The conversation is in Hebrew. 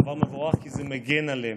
זה דבר מבורך, כי זה מגן עליהם.